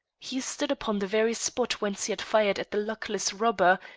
he stood upon the very spot whence he had fired at the luckless robber,